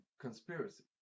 conspiracy